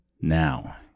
now